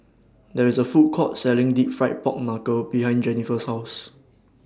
There IS A Food Court Selling Deep Fried Pork Knuckle behind Jennifer's House